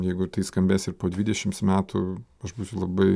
jeigu tai skambės ir po dvidešims metų aš būsiu labai